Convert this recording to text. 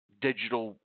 digital